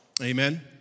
Amen